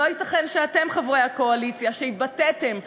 לא ייתכן שאתם, חברי הקואליציה, שהתבטאתם בפאנלים,